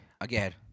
Again